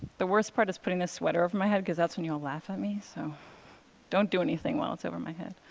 the worst part is putting this sweater over my head, because that's when you'll all laugh at me, so don't do anything while it's over my head.